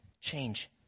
change